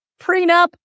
prenup